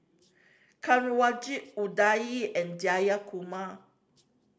Kanwaljit Udai and Jayakumar